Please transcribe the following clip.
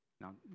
Now